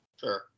Sure